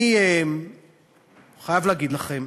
אני חייב להגיד לכם